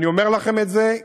ואני אומר לכם את זה,